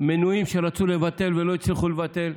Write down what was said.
מינויים שרצו לבטל ולא הצליחו לבטל,